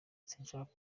sinshaka